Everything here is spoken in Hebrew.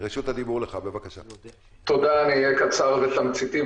אהיה קצר ותמציתי.